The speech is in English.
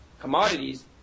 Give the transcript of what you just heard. commodities